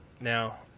now